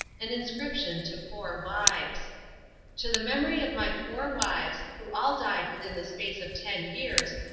an inscription to four wives to the memory of my four wives, who all died within the space of ten years,